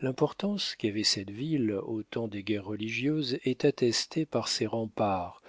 l'importance qu'avait cette ville au temps des guerres religieuses est attestée par ses remparts